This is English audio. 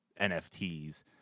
nfts